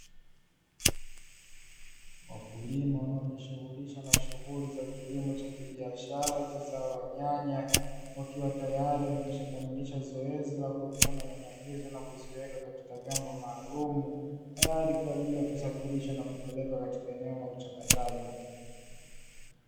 Wakulima wanaojishughulisha na shughuli za kilimo cha kibiashara cha zao la nyanya, wakiwa tayari wameshakamilisha zoezi la kuvuna nyanya hizo na kuziweka katika vyombo maalumu, tayari kwa ajili ya kusafirisha na kupeleka katika eneo la uchakataji.